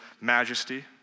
majesty